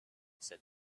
said